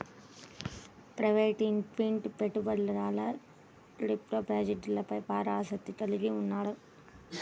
private equity పెట్టుబడిదారులు crypto ప్రాజెక్ట్లపై బాగా ఆసక్తిని కలిగి ఉన్నారు